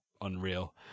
unreal